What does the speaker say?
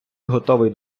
готовий